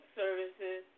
services